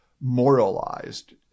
moralized